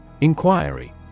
Inquiry